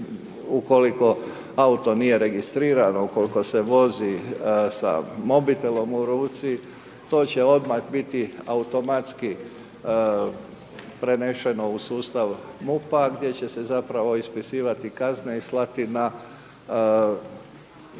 ukoliko auto nije registriran, ukoliko se vozi sa mobitelom u ruci to će odmah biti automatski prenešeno u sustav MUP-a gdje će se zapravo ispisivati kazne i slati na adresu